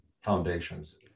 foundations